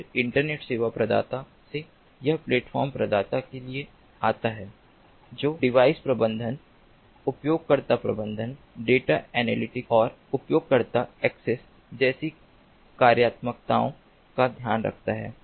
फिर इंटरनेट सेवा प्रदाता से यह प्लेटफ़ॉर्म प्रदाता के लिए आता है जो डिवाइस प्रबंधन उपयोगकर्ता प्रबंधन डेटा एनालिटिक्स और उपयोगकर्ता एक्सेस जैसी कार्यात्मकताओं का ध्यान रखता है